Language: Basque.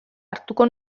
hartuko